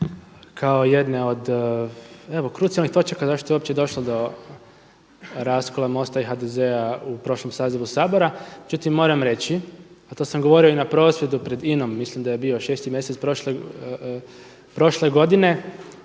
kao jedne od evo krucijalnih točaka zašto je uopće došlo do raskloa Mosta i HDZ-a u prošlom sazivu Sabora, međutim moram reći a to sam govorio i na prosvjedu pred INA-om, mislim da je bio šesti mjesec prošle godine,